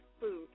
food